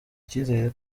icyizere